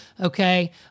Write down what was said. okay